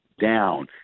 down